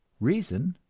reason,